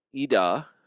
Ida